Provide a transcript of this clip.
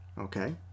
okay